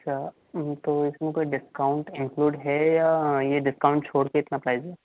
अच्छा ताे इसमें कोई डिस्काउंट इंक्लूड है या ये डिस्काउंट छोड़ के इतना प्राइज़ है